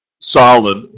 solid